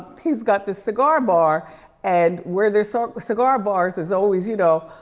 he's got this cigar bar and where there's sort of cigar bars, there's always, you know,